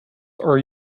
are